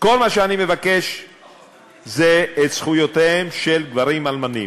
כל מה שאני מבקש זה את זכויותיהם של גברים אלמנים,